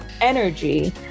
energy